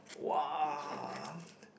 !wah!